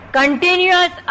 continuous